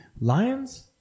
lions